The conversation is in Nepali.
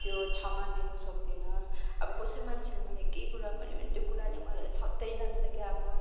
त्यो क्षमा दिनु सक्दिनँ अब कसै मान्छेले मलाई केही कुरा भन्यो भने त्यो कुराले मलाई सताइरहन्छ क्या अब